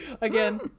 Again